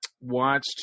watched